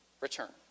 return